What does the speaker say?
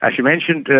like you mentioned,